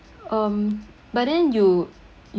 um but then you y~